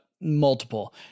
multiple